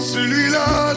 Celui-là